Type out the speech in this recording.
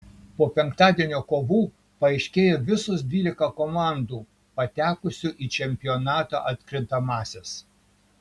po penktadienio kovų paaiškėjo visos dvylika komandų patekusių į čempionato atkrintamąsias